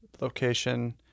location